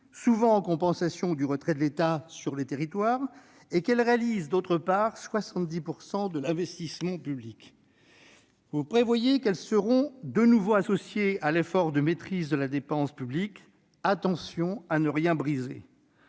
souvent pour compenser le retrait de l'État dans les territoires, et, d'autre part, qu'elles réalisent 70 % des investissements publics. Vous prévoyez qu'elles seront de nouveau associées à l'effort de maîtrise de la dépense publique. Attention à ne rien briser